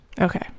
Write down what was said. okay